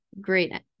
Great